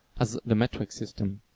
has the metric system.